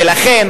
ולכן